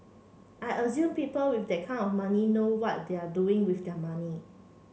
I assume people with that kind of money know what they're doing with their money